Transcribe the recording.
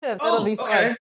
okay